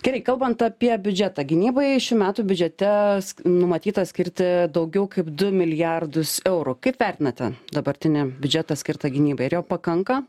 gerai kalbant apie biudžetą gynybai šių metų biudžete numatyta skirti daugiau kaip du milijardus eurų kaip vertinate dabartinį biudžetą skirtą gynybai ar jo pakanka